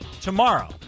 tomorrow